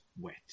wet